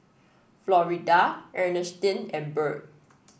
Florida Ernestine and Bird